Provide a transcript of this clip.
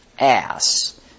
Ass